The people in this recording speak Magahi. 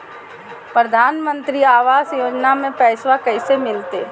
प्रधानमंत्री आवास योजना में पैसबा कैसे मिलते?